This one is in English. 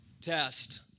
test